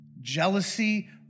jealousy